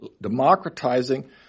democratizing